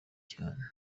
cyane